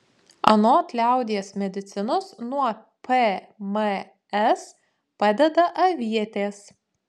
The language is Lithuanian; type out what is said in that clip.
anot liaudies medicinos nuo pms padeda avietės